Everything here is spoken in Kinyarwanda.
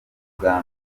ubwa